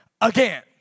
again